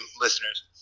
listeners